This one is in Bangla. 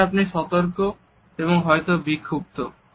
এখন আপনি সতর্ক এবং হয়তো বিক্ষুব্ধ